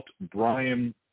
Brian